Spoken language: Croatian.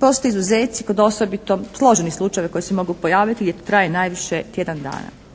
Postoje izuzeci kod osobito složenih slučajeva koji se mogu pojaviti gdje traje najviše tjedan dana.